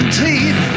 teeth